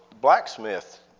blacksmith